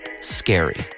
scary